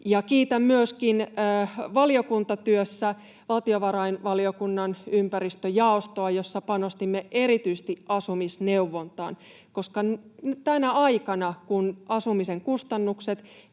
Kiitän myöskin valtiovarainvaliokunnan ympäristöjaostoa valiokuntatyöstä, jossa panostimme erityisesti asumisneuvontaan, koska tänä aikana, kun asumisen kustannukset